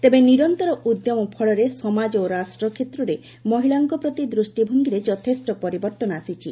ତେବେ ନିରନ୍ତର ଉଦ୍ୟମ ଫଳରେ ସମାଜ ଓ ରାଷ୍ଟ୍ର କ୍ଷେତ୍ରରେ ମହିଳାଙ୍କ ପ୍ରତି ଦୃଷ୍ଟିଭଙ୍ଗୀରେ ଯଥେଷ୍ଟ ପରିବର୍ତ୍ତନ ଆସିଛି